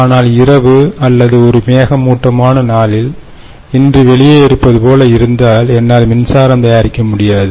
ஆனால்இரவு அல்லது ஒரு மேகமூட்டமான நாளில் இன்று வெளியே இருப்பது போல் இருந்தால் என்னால் மின்சாரம் தயாரிக்க முடியாது